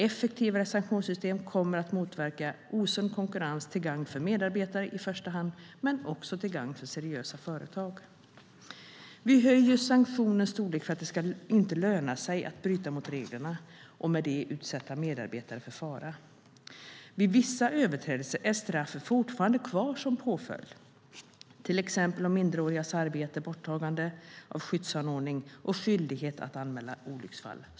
Effektivare sanktionssystem kommer att motverka osund konkurrens till gagn för medarbetare i första hand men också till gagn för seriösa företag. Vi höjer sanktionens storlek för att det inte ska löna sig att bryta mot reglerna och med det utsätta medarbetare för fara. För vissa överträdelser är straffet fortfarande kvar som påföljd, till exempel vid minderårigas arbete och borttagande av skyddsanordning, och arbetsgivaren är skyldig att anmäla olycksfall.